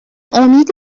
امید